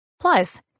Plus